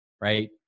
right